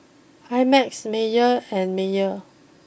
I Max Mayer and Mayer